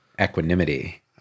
equanimity